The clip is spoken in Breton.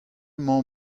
emañ